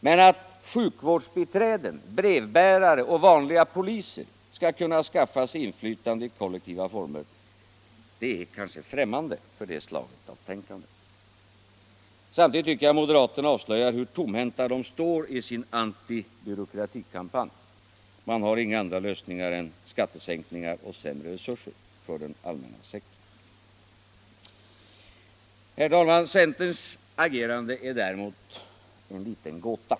Men att sjukvårdsbiträden, brevbärare och vanliga poliser skall kunna skaffa sig inflytande i kollektiva former är kanske helt främmande för det slaget av tänkande. Samtidigt avslöjar moderaterna hur tomhänta de står i sin anti-byråkratikampanj. Man har inga andra lösningar än skattesänkningar och sämre resurser för den allmänna sektorn. Centerns agerande är däremot något av en gåta.